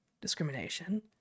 discrimination